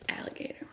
alligator